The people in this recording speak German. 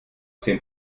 zehn